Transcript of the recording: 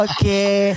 Okay